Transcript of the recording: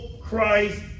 Christ